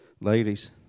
ladies